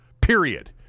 period